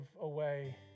away